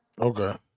Okay